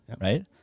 right